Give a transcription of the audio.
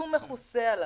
שהוא מכוסה עליו,